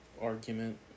argument